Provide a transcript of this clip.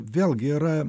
vėlgi yra